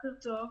בוקר טוב.